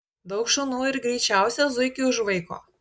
daug šunų ir greičiausią zuikį užvaiko